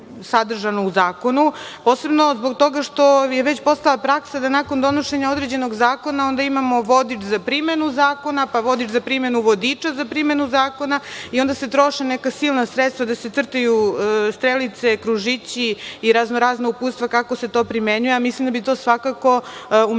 sadržano u zakonu, posebno zbog toga što je već postala praksa da nakon donošenja određenog zakona onda imamo vodič za primenu zakona, pa vodič za primenu vodiča za primenu zakona i onda se troše neka silna sredstva da se crtaju strelice, kružići i raznorazna uputstva kako se to primenjuje. Mislim da bi to svakako umnogome